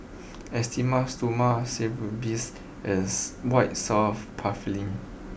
Esteem Stoma Bath as White soft Paraffin